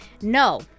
No